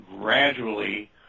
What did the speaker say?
gradually